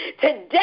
Today